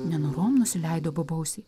nenorom nusileido bobausė